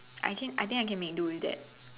I can I think I can make do with that